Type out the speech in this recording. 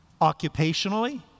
Occupationally